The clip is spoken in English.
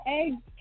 eggs